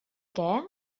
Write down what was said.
què